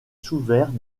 souffert